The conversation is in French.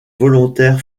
volontaires